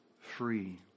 free